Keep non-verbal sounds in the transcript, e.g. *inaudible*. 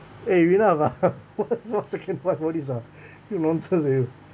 eh enough lah *laughs* what what second wife all this ah *breath* you nonsense lah you